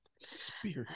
Spirit